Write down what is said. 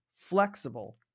flexible